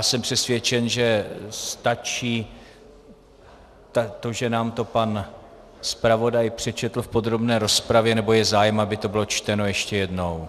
Jsem přesvědčen, že stačí to, že nám to pan zpravodaj přečetl v podrobné rozpravě nebo je zájem, aby to bylo čteno ještě jednou?